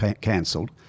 cancelled